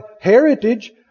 heritage